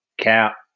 cap